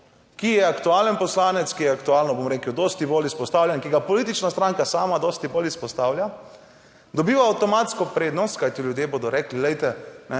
ki je aktualen, poslanec, ki je aktualno, bom rekel, dosti bolj izpostavljen, ki ga politična stranka sama dosti bolj izpostavlja, dobiva avtomatsko prednost, kajti ljudje bodo rekli, glejte, ne